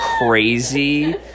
crazy